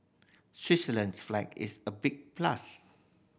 Switzerland's flag is a big plus